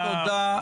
אתה --- לא,